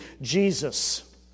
Jesus